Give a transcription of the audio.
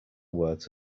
words